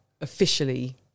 officially